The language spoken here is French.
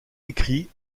écrit